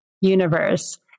universe